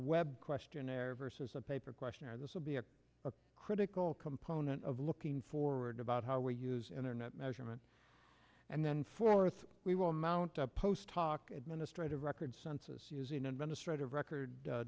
web questionnaire versus a paper questionnaire this will be a critical component of looking forward about how we use internet measurement and then fourth we will mount a post hoc administrative records census using administrative record